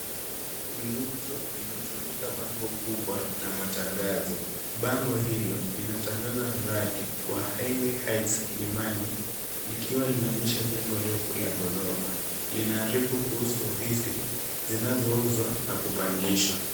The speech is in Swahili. Nguzo imetundikwa bango kubwa la matangazo . Bango hilo linatangaza mradi wa Highway Heights Kilimani likionyesha jengo refu la ghorofa. Linaarifu kuhusu ofisi zinazouzwa na kupangishwa.